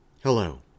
Hello